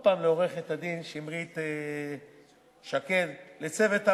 עוד פעם לעורכת-הדין שמרית שקד, לצוות הוועדה,